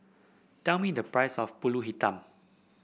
tell me the price of pulut hitam